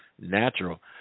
natural